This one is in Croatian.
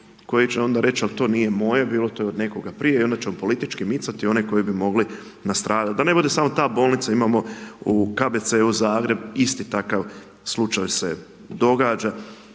koji će onda reći, ali to nije moje bilo, to je od nekoga prije, a onda ćemo politički micati one koji bi mogli nastradati. Da ne bude samo ta bolnica, imamo u KBC Zagreb isti takav slučaj se događa.